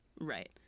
Right